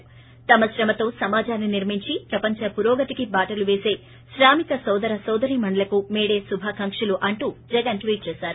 తమ శ్రమతో సమాజాన్ని నిర్మించి ప్రపంచ పురోగతికి బాటలు పేస శ్రామిక సోదర నోదరీమణులకు మేడే శుభాకాంక్షలు అంటూ జగన్ ట్వీట్ చేశారు